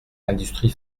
l’industrie